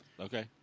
Okay